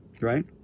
right